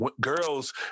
girls